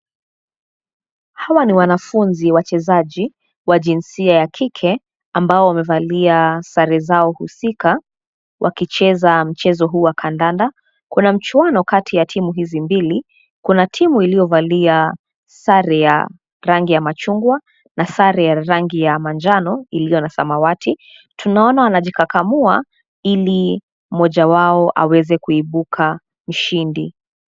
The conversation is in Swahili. Hawa ni wanafunzi wachezaji wa jinsia ya kike ambao wamevalia sare zao husika wakicheza mchezo huu wa kandanda. Kuna mchuano kati ya timu hizi mbili, kuna timu iliyovalia sare ya rangi ya machungwa na sare ya rangi ya manjano iliyo na samawati. Tunaona wanajikakamua ili mmoja wao aweze kuibuka mshindi.